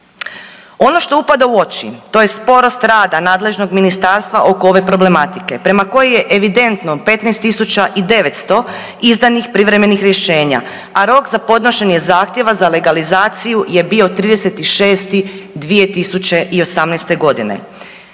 Ono što upada u oči to je sporost rada nadležnog ministarstva oko ove problematike prema kojoj je evidentno 15.900 izdanih privremenih rješenja, a rok za podnošenje zahtjeva za legalizaciju je bio 30.6.2018.g.